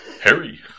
Harry